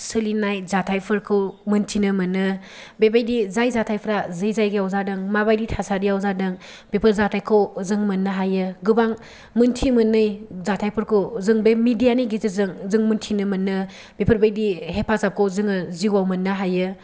सोलिनाय जाथायफोरखौ मोन्थिनो मोनो बेबायदि जाय जाथायफ्रा जे जायगायाव जादों माबायदि थासारिआव जादों बेफोर जाथायखौ जों मोननो हायो गोबां मोन्थि मोनै जाथायफोरखौ जों बे मिडियानि गेजेरजों जों मोन्थिनो मोनो बेफोरबायदि हेफाजाबखौ जोङो जिउआव मोननो हायो